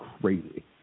crazy